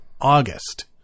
August